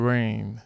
Rain